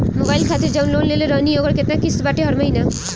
Mobile खातिर जाऊन loan लेले रहनी ह ओकर केतना किश्त बाटे हर महिना?